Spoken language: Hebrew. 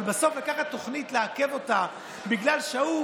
אבל לקחת תוכנית ולעכב אותה בגלל שההוא